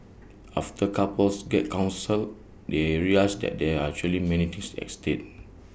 after couples get counselled they realise that there are actually many things at stake